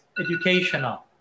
educational